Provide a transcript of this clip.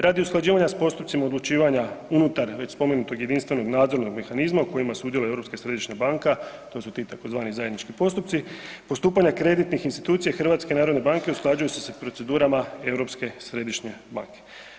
Radi usklađivanja s postupcima odlučivanja unutar već spomenutog jedinstvenog nadzornog mehanizma u kojima sudjeluje Europska središnja banka, to su ti tzv. zajednički postupci, postupanja kreditnih institucija HNB-a usklađuju se s procedurama ESB-a.